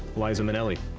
liza minnelli.